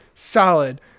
Solid